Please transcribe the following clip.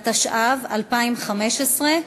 התשע"ו 2015,